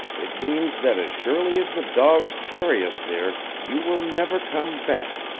it means that as surely as the dogs carry us there you will never come back.